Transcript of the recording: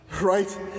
right